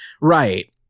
Right